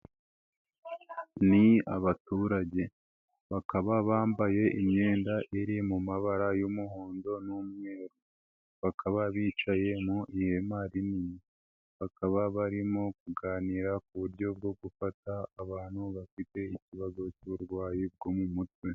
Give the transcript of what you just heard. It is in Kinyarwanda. Ni abaturage bakaba bambaye imyenda iri mu mabara y'umuhondo n'umweru. Bakaba bicaye mu ihema rinini. Bakaba barimo kuganira ku buryo bwo gufata abantu bafite ikibazo cy'uburwayi bwo mu mutwe.